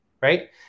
right